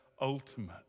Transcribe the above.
ultimate